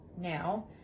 Now